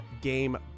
game